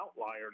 outlier